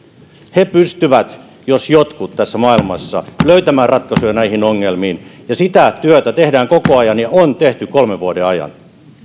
he pystyvät jos jotkut tässä maailmassa löytämään ratkaisuja näihin ongelmiin ja sitä työtä tehdään koko ajan ja on tehty kolmen vuoden ajan